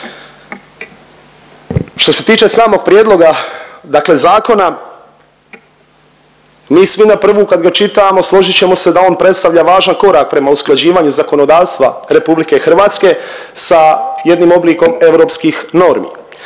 Što se tiče samog prijedloga dakle zakona, mi svi na prvu kad ga čitamo složit ćemo se da on predstavlja važan korak prema usklađivanju zakonodavstva RH sa jednim oblikom europskih normi.